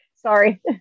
Sorry